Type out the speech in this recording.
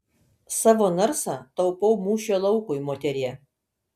savo narsą taupau mūšio laukui moterie